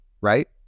right